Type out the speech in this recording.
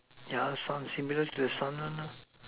ya that's sun similar to the sun one lah